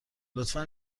لطفا